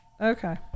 Okay